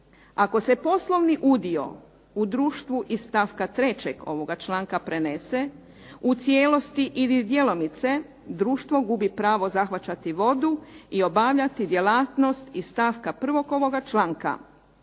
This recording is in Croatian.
Ako se poslovni udio u društvu iz stavka 3. ovoga članka prenese, u cijelosti ili djelomice društvo gubi pravo zahvaćati vodu i obavljati djelatnost iz stavka 1. ovoga članka.